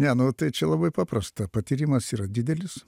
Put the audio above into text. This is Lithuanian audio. ne nu tai čia labai paprasta patyrimas yra didelis